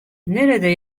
nerede